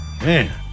Man